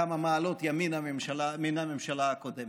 כמה מעלות ימינה מן הממשלה הקודמת.